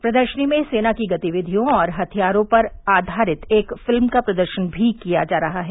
प्रदर्शनी में सेना की गतिविधियों और हथियारों पर आधारित एक फिल्म का प्रदर्शन भी किया जा रहा है